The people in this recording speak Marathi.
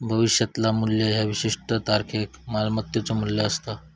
भविष्यातला मू्ल्य ह्या विशिष्ट तारखेक मालमत्तेचो मू्ल्य असता